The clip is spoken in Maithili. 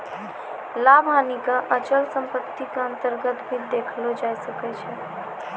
लाभ हानि क अचल सम्पत्ति क अन्तर्गत भी देखलो जाय सकै छै